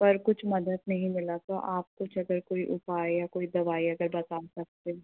पर कुछ मदद नहीं मिला तो आप कुछ अगर कोई उपाय या कोई दवाई अगर बता सकते हो